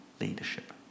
leadership